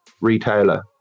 retailer